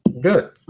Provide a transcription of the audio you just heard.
good